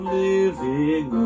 living